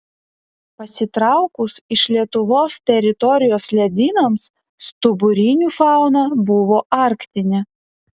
pasitraukus iš lietuvos teritorijos ledynams stuburinių fauna buvo arktinė